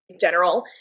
general